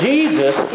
Jesus